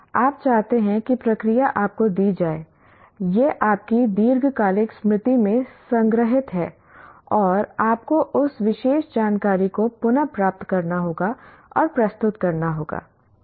आप चाहते हैं कि प्रक्रिया आपको दी जाए यह आपकी दीर्घकालिक स्मृति में संग्रहीत है और आपको उस विशेष जानकारी को पुनः प्राप्त करना होगा और प्रस्तुत करना होगा